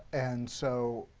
and so,